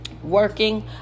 Working